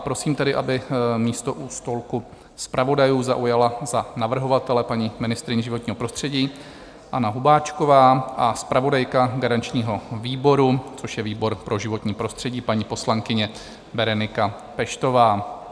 Prosím, aby místo u stolku zpravodajů zaujala za navrhovatele paní ministryně životního prostředí Anna Hubáčková a zpravodajka garančního výboru, což je výbor pro životní prostředí, paní poslankyně Berenika Peštová.